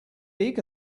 big